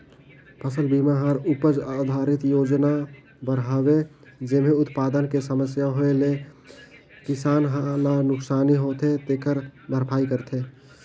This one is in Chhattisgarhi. फसल बिमा हर उपज आधरित योजना बर हवे जेम्हे उत्पादन मे समस्या होए ले किसान ल नुकसानी होथे तेखर भरपाई करथे